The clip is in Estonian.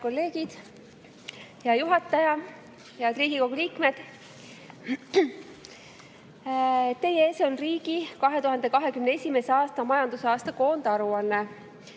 Hea juhataja! Head Riigikogu liikmed! Teie ees on riigi 2021. aasta majandusaasta koondaruanne.